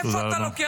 תודה רבה.